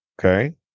Okay